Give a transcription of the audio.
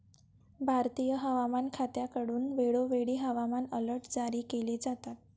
भारतीय हवामान खात्याकडून वेळोवेळी हवामान अलर्ट जारी केले जातात